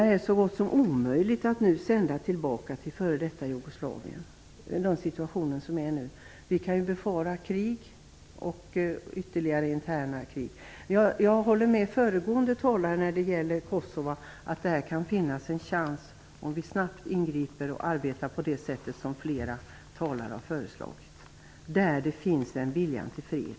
Det är nu så gott som omöjligt att nu sända tillbaka flyktingar till f.d. Jugoslavien, med den situation som är nu. Vi kan befara krig och ytterligare interna krig. Jag håller med föregående talare att det kan finnas en chans i Kosova, om vi snabbt ingriper och arbetar på det sätt som flera talare har föreslagit, där det finns en vilja till fred.